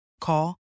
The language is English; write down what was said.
Call